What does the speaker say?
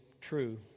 true